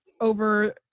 Over